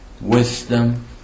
wisdom